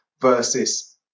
versus